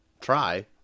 Try